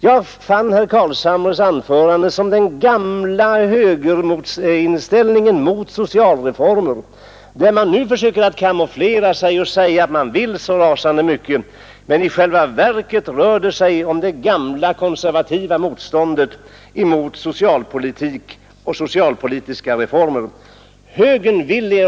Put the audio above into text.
Jag fann i herr Carlshamres anförande den gamla högerinställningen mot sociala reformer. Han försöker nu kamouflera sig genom att säga att han vill så rasande mycket, men i själva verket rör det sig om det gamla konservativa motståndet mot socialpolitiska reformer.